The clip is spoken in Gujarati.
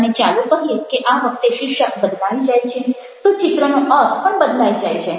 અને ચાલો કહીએ કે આ વખતે શીર્ષક બદલાઈ જાય છે તો ચિત્રનો અર્થ પણ બદલાઇ જાય છે